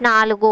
నాలుగు